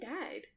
died